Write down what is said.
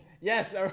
Yes